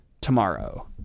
tomorrow